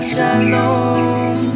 Shalom